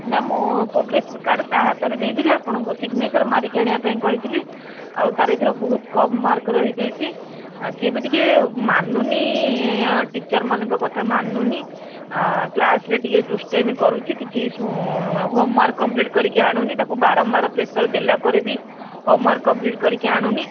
ନା ମୁଁ progress card ତା ହାତରେ ଦେଇଥିଲି ଆପଣଙ୍କୁ ସିଗ୍ନେଚର୍ ମାରିକି ଆଣିବା ପାଇଁ କହିଥିଲି ଆଉ ତା'ର ଏଥର ବହୁତ କମ୍ ମାର୍କ ରହିଯାଇଛି ସିଏ ବି ଟିକେ ମାନୁନି ଟିଚର୍ ମାନଙ୍କ କଥା ମାନୁନି କ୍ଲାସ୍ରେ ଟିକେ ଦୁଷ୍ଟାମୀ କରୁଛି କିଛି ଶୁଣୁ ହୋମୱାର୍କ କମ୍ପ୍ଲିଟ୍ କରିକି ଆଣୁନି ତାକୁ ବାରମ୍ବାର ପ୍ରେସର୍ ଦେଲା ପରେ ବି ହୋମୱାର୍କ କମ୍ପ୍ଲିଟ୍ କରିକି ଆଣୁନି